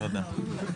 תודה.